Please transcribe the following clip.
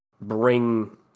bring